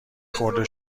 خورده